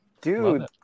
Dude